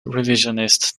revisionist